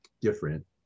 different